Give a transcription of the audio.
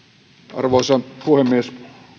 arvoisa puhemies